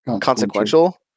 consequential